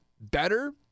better